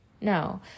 No